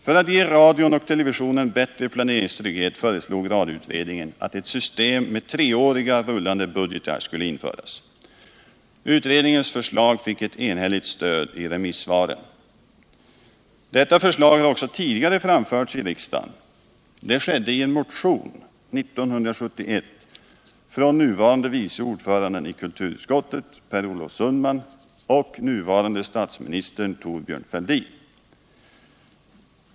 För att ge radion och televisionen bättre planeringstrygghet föreslog radioutredningen att ett system med treåriga rullande budgetar skulle införas. Utredningens förslag fick ett enhälligt stöd i remissvaren. Detta förslag har också tidigare framförts i riksdagen. Det skedde i en motion 1971 från nuvarande vice ordföranden i kulturutskottet Per Olof Sundman och nuvarande statsministern Thorbjörn Fälldin.